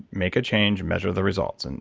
make a change. measure the results. and